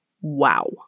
wow